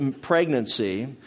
pregnancy